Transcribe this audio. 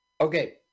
okay